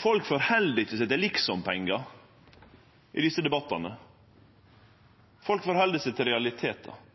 Folk held seg ikkje til liksompengar i desse debattane. Folk held seg til realitetar.